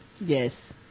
Yes